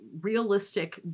realistic